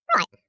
Right